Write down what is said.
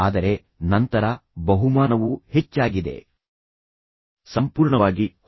ಈಗ ಅಂತಿಮವಾಗಿ ಎಲ್ಲರಿಗೂ ಸೂಕ್ತವಾದ ಪರಿಹಾರವನ್ನು ಆಯ್ಕೆ ಮಾಡಲು ಪ್ರಯತ್ನಿಸಿ